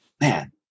man